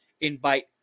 Invite